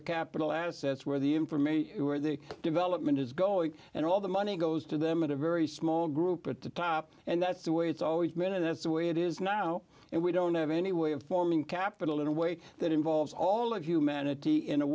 information where the development is going and all the money goes to them at a very small group at the top and that's the way it's always been and that's the way it is now and we don't have any way of forming capital in a way that involves all of humanity in a